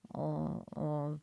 o o